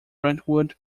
brentwood